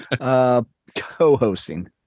co-hosting